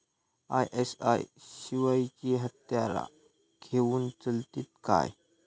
ISI शिवायची हत्यारा घेऊन चलतीत काय?